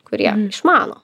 kurie išmano